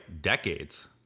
decades